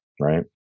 right